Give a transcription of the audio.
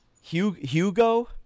Hugo